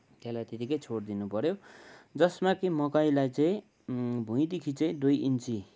त्यसलाई त्यतिकै छोडिदिनु पऱ्यो जसमा कि मकैलाई चाहिँ भुइँदेखि चाहिँ दुई इन्च